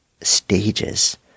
stages